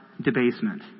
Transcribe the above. debasement